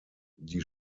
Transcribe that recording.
die